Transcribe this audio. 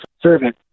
servant